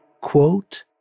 quote